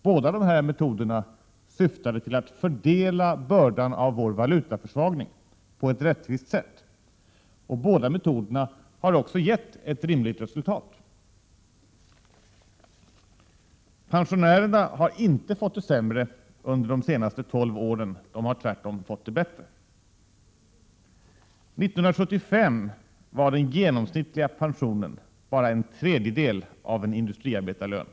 Båda metoderna syftade till att fördela bördan av vår valutaförsvagning på ett rättvist sätt, och båda metoderna har också gett ett rimligt resultat. Pensionärerna har inte fått det sämre under de senaste tolv åren. De har tvärtom fått det bättre. År 1975 motsvarade den genomsnittliga pensionen bara en tredjedel av en industriarbetarlön.